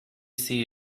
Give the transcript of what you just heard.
see